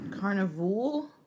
Carnival